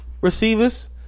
receivers